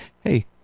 Hey